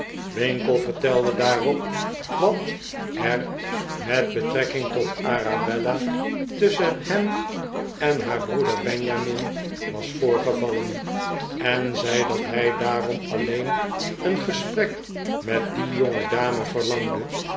winkle vertelde daarop wat er met'betrekking tot arabella tusschen hem en haar broeder benjamin was voorgevallen en zei dat hij daarom alleen een gesprek met die jongedame